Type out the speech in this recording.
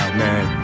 man